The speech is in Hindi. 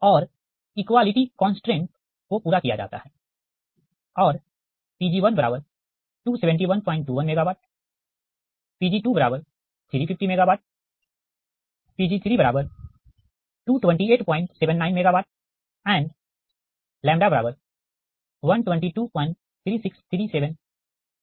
और इक्वालिटी कांस्ट्रेंट को पूरा किया जाता है और Pg127121 MW Pg2350 MW Pg322879 Mw and λ1223637 Rshr